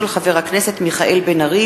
חבר הכנסת מוחמד ברכה.